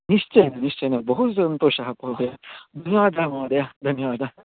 निश्चयेन निश्चयेन बहु सन्तोषः महोदय द्वाद महोदय धन्यवादः